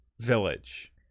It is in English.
village